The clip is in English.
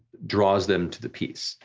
draws them to the piece.